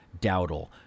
Dowdle